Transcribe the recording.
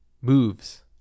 moves